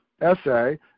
essay